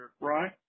right